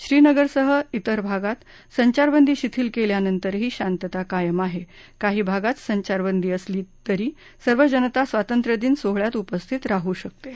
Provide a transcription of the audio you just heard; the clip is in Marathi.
श्रीनगरसह इतर भागात संचारबंदी शिथील केल्यानंतरही शांतता कायम आहे काही भागात संचारबंदी असली तरी सर्व जनता स्वातंत्र्य दिन सोहळ्यात उपस्थित राहू शकतील